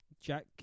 Jack